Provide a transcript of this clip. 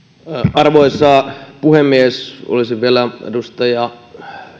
arvoisa puhemies olisin vielä edustaja